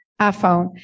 iPhone